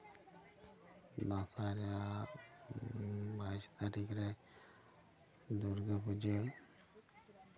ᱫᱟᱸᱥᱟᱭ ᱨᱮᱭᱟᱜ ᱵᱟᱭᱤᱥ ᱛᱟᱨᱤᱠᱷ ᱨᱮ ᱫᱩᱨᱜᱟᱹ ᱯᱩᱡᱟᱹ